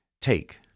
Take